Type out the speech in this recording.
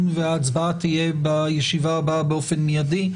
וההצבעה תהיה בישיבה הבאה באופן מיידי.